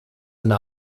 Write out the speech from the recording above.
eine